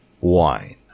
wine